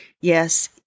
yes